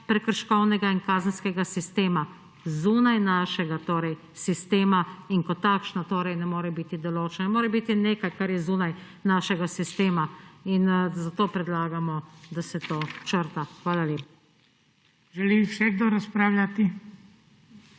prekrškovnega in kazenskega sistema, zunaj našega sistema in kot takšno torej ne more biti določeno. Ne more biti nekaj, kar je zunaj našega sistema; in zato predlagamo, da se to črta. Hvala lepa. PODPREDSEDNIK